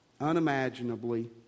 unimaginably